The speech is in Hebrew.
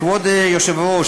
כבוד היושב-ראש,